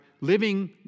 living